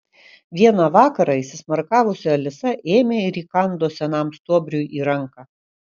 vieną vakarą įsismarkavusi alisa ėmė ir įkando senam stuobriui į ranką